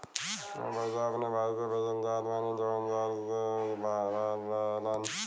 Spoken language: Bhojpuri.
हम पैसा अपने भाई के भेजल चाहत बानी जौन शहर से बाहर रहेलन